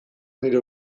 nire